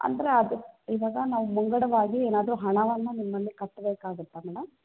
ಅಂದ್ರೆ ಅದು ಇವಾಗ ನಾವು ಮುಂಗಡವಾಗಿ ಏನಾದ್ರೂ ಹಣವನ್ನು ನಿಮ್ಮಲ್ಲಿ ಕಟ್ಬೇಕಾಗತ್ತಾ ಮೇಡಮ್